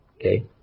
Okay